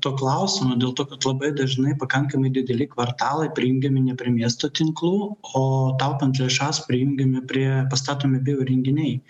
tuo klausimu dėl to labai dažnai pakankamai dideli kvartalai prijungiami ne prie miesto tinklų o taupant lėšas prijungiami prie pastatomi bioįrenginiai